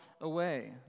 away